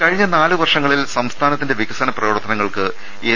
കഴിഞ്ഞ നാലുവർഷങ്ങളിൽ സംസ്ഥാനത്തിന്റെ വികസന പ്രവർത്ത നങ്ങൾക്ക് എൽ